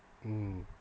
mm